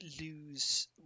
lose